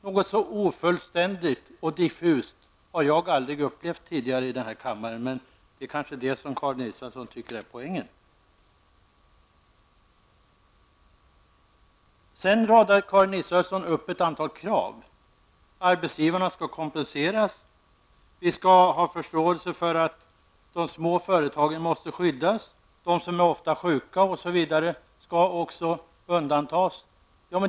Något så ofullständigt och diffust har jag aldrig upplevt tidigare i denna kammare. Men det är kanske detta som Karin Israelsson anser är poängen. Karin Israelsson radar sedan upp ett antal krav. Arbetsgivarna skall kompenseras, vi skall ha förståelse för att de små företagen måste skyddas, och de människor som ofta är sjuka skall också undantas osv.